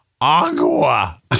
agua